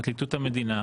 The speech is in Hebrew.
פרקליטות המדינה,